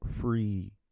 free